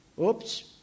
Oops